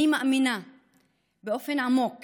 אני מאמינה באופן עמוק